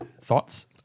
Thoughts